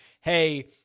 hey